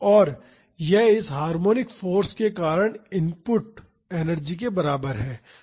और यह इस हार्मोनिक फाॅर्स के कारण एनर्जी इनपुट के बराबर है